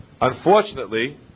Unfortunately